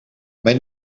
mijn